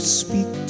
speak